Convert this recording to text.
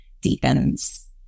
deepens